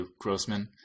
Grossman